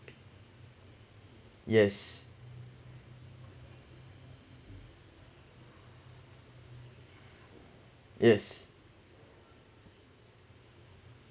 yes yes